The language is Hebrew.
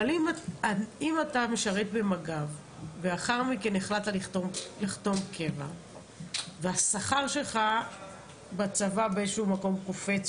אם אתה משרת במג"ב ולאחר מכן החלטת לחתום קבע והשכר שלך בצבא קופץ,